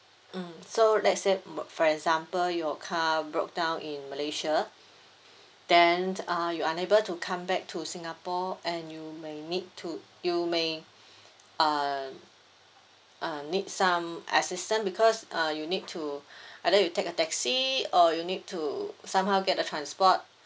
mm so let's say for example your car broke down in malaysia then uh you unable to come back to singapore and you may need to you may uh uh need some assistant because uh you need to either you take a taxi or you need to somehow get a transport